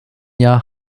jahr